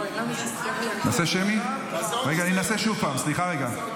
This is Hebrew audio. רגע, אנסה שוב, סליחה רגע.